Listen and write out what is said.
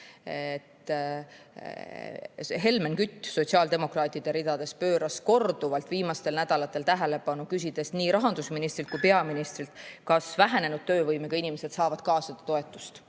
Helmen Kütt sotsiaaldemokraatide ridades pööras sellele korduvalt viimastel nädalatel tähelepanu, küsides nii rahandusministrilt kui ka peaministrilt, kas vähenenud töövõimega inimesed saavad ka seda toetust.